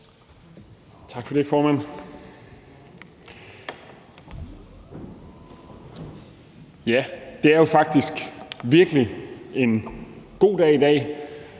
Tak for det, formand. Det er jo faktisk virkelig en god dag i dag